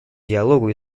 диалогу